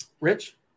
Rich